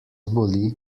boli